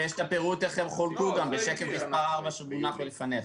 ויש את הפירוט איך הם חולקו גם בשקף מספר 4 שמונח בפניכם,